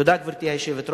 תודה, גברתי היושבת-ראש.